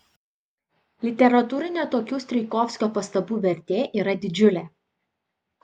literatūrinė tokių strijkovskio pastabų vertė yra didžiulė